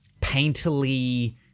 painterly